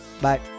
Bye